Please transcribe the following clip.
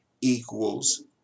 equals